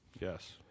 yes